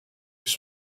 mais